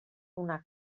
una